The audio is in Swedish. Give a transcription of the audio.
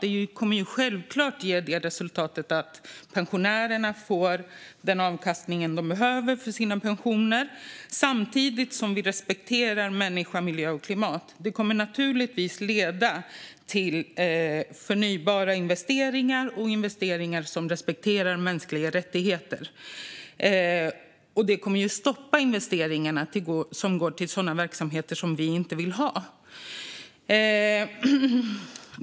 Det kommer självklart att ge resultatet att pensionärerna får den avkastning de behöver för sina pensioner, samtidigt som vi respekterar människa, miljö och klimat. Det kommer naturligtvis att leda till förnybara investeringar och investeringar som respekterar mänskliga rättigheter. Och det kommer att stoppa investeringar i sådana verksamheter som vi inte vill ha.